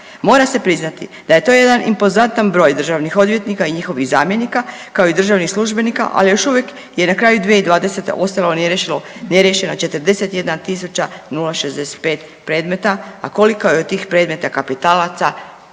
Mora se priznati da je to jedan impozantan broj državnih odvjetnika i njihovih zamjenika kao i državnih službenika, ali još uvijek je na kraju 2020. ostalo neriješeno, neriješena 41.065 predmeta, a koliko je od tih predmeta kapitalaca